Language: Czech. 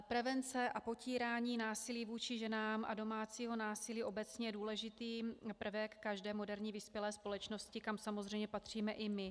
Prevence a potírání násilí vůči ženám a domácího násilí obecně je důležitý prvek každé moderní vyspělé společnosti, kam samozřejmě patříme i my.